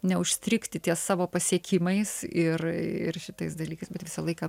neužstrigti ties savo pasiekimais ir ir šitais dalykais bet visą laiką